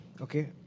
Okay